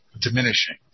diminishing